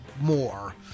more